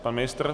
Pan ministr?